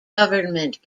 government